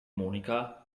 monika